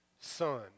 son